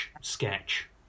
sketch